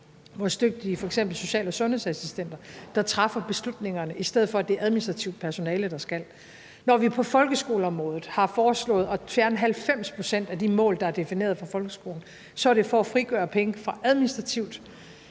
vores dygtige social- og sundhedsassistenter, der træffer beslutningerne, i stedet for at det er administrativt personale, der skal det. Når vi på folkeskoleområdet har foreslået at fjerne 90 pct. af de mål, der er defineret for folkeskolen, er det for at frigøre penge fra administrativt